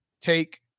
take